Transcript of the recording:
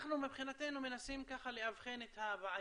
אנחנו מבחינתנו מנסים לאבחן את הבעיה,